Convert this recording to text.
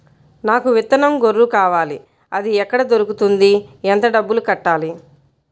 నాకు విత్తనం గొర్రు కావాలి? అది ఎక్కడ దొరుకుతుంది? ఎంత డబ్బులు కట్టాలి?